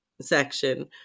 section